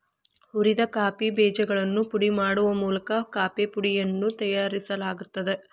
ಹುರಿದ ಕಾಫಿ ಬೇಜಗಳನ್ನು ಪುಡಿ ಮಾಡುವ ಮೂಲಕ ಕಾಫೇಪುಡಿಯನ್ನು ತಯಾರಿಸಲಾಗುತ್ತದೆ